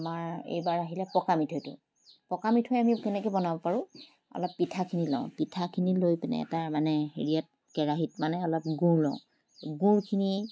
এইবাৰ আহিলে আমাৰ পকা মিথৈটো পকা মিথৈ আমি কেনেকৈ বনাব পাৰোঁ অলপ পিঠাখিনি লওঁ পিঠাখিনি লৈ পিনে তাৰমানে হেৰিয়াত কেৰাহীত মানে অলপ গুড় লওঁ গুড়খিনি